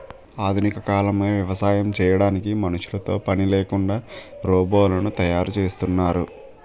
ఆధునిక కాలంలో వ్యవసాయం చేయడానికి మనుషులతో పనిలేకుండా రోబోలను తయారు చేస్తున్నారట